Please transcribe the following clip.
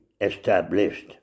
established